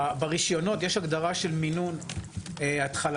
ברישיונות יש הגדרה של מינון התחלתי,